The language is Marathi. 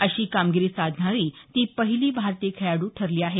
अशी कामगिरी साधणारी ती पहिली भारतीय खेळाडू ठरली आहे